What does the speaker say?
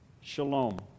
shalom